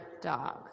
dog